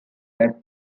that